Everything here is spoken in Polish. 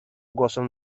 głosem